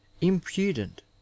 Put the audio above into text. impudent